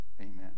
amen